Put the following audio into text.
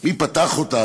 מי פתח אותה?